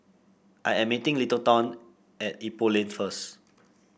I am meeting Littleton at Ipoh Lane first